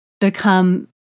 become